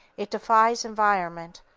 it defies environment.